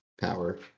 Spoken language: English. power